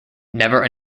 never